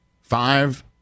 Five